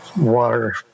water